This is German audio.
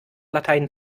latein